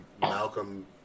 Malcolm